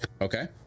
Okay